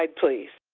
like please.